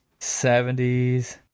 70s